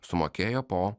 sumokėjo po